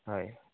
হয়